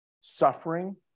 suffering